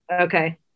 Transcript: Okay